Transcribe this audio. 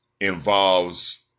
involves